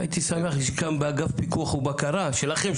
הייתי שמח שגם בוועדת פיקוח ובקרה שלכם,